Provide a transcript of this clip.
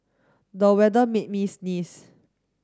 the weather made me sneeze